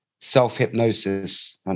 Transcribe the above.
self-hypnosis